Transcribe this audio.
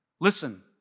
Listen